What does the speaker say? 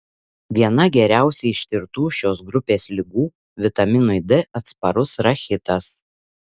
viena geriausiai ištirtų šios grupės ligų vitaminui d atsparus rachitas